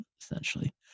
essentially